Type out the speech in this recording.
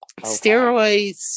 steroids